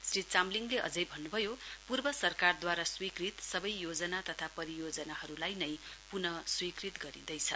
श्री चामलिङले अझै भन्नुभयो पूर्व सरकारद्वारा स्वीकृत सबै योजना तथा परियोजनाहरूलाई नै पुनः स्वीकृत गरिँदैछ